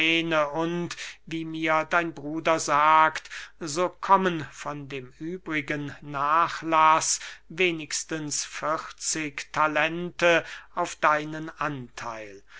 und wie mir dein bruder sagt so kommen von dem übrigen nachlaß wenigstens vierzig talente auf deinen antheil